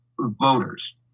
voters